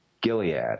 Gilead